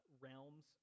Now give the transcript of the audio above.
realms